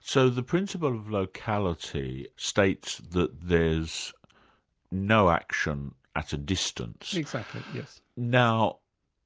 so the principle of locality states that there's no action at a distance. exactly, yes. now